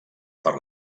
per